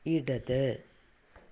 ഇടത്